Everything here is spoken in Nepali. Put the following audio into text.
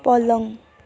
पलङ